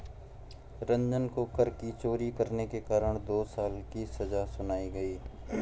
रंजन को कर की चोरी करने के कारण दो साल की सजा सुनाई गई